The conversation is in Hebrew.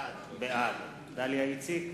בעד דליה איציק,